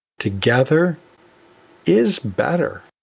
together is better.